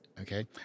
Okay